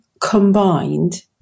combined